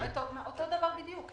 אותו דבר בדיוק.